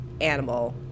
animal